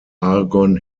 argon